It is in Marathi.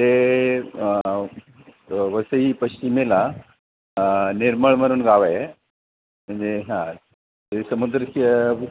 ते वसई पश्चिमेला निर्मळ म्हणून गाव आहे म्हणजे हां ते समुद्र